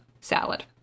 salad